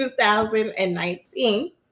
2019